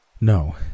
No